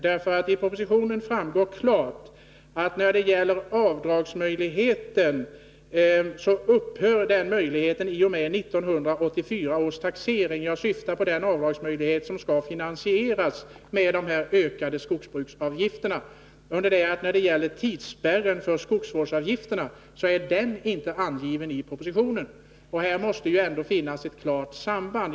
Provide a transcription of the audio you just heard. I propositionen framgår klart att avdragsmöjligheten upphör i och med 1984 års taxering — jag syftar på den avdragsmöjlighet som skall finansieras med de ökade skogsbruksavgifterna — under det att tidsspärren för skogsvårdsavgifterna inte är angiven i propositionen. Men här måste det ändå finnas ett klart samband.